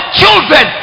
children